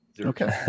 Okay